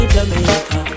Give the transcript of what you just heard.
Jamaica